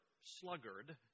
sluggard